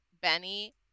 benny